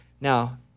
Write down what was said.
Now